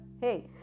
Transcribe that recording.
hey